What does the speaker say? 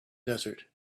desert